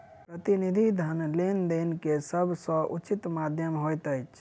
प्रतिनिधि धन लेन देन के सभ सॅ उचित माध्यम होइत अछि